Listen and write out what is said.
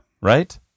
Right